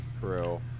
True